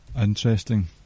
Interesting